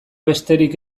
besterik